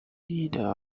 neither